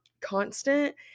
constant